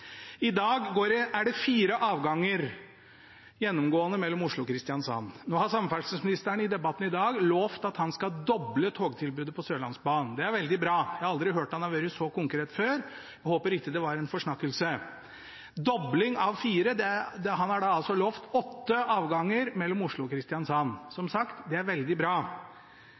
I dag er det fire avganger gjennomgående mellom Oslo og Kristiansand. Nå har samferdselsministeren i debatten i dag lovet at han skal doble togtilbudet på Sørlandsbanen. Det er veldig bra. Jeg har aldri hørt at han har vært så konkret før. Jeg håper det ikke var en forsnakkelse. Dobling av fire – han har da lovet åtte avganger mellom Oslo og Kristiansand. Det er som sagt veldig bra.